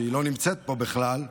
שלא נמצאת פה בכלל,